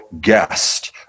guest